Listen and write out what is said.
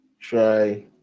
Try